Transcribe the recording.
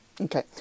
Okay